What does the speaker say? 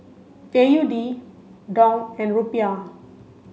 A U D Dong and Rupiah